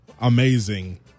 Amazing